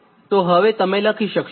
તો હવે તમે લખી શક્શો